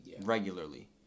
regularly